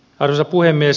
arvoisa puhemies